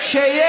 לא נכון.